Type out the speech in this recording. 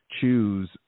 choose